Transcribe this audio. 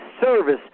service